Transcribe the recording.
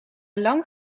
lang